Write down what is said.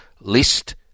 list